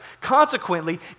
Consequently